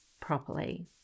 properly